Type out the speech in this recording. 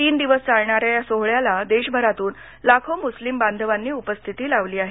तीन दिवस चालणाऱ्या या सोहळ्याला देशभरातून लाखों मुस्लिम बांधवानी उपस्थिती लावली आहे